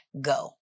go